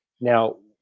Now